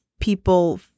people